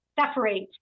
separate